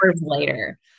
later